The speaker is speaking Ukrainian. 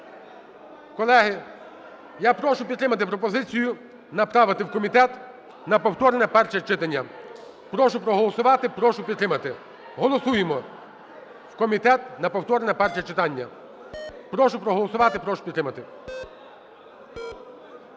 Колеги, я прошу підтримати пропозицію: направити в комітет на повторне перше читання. Прошу проголосувати, прошу підтримати, голосуємо: в комітет на повторне перше читання. Прошу проголосувати, прошу підтримати.